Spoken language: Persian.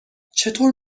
چطور